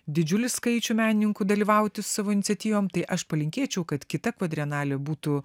didžiulį skaičių menininkų dalyvauti savo iniciatyvom tai aš palinkėčiau kad kita kvadrenalė būtų